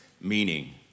Meaning